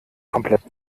komplett